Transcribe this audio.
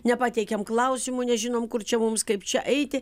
nepateikėm klausimų nežinom kur čia mums kaip čia eiti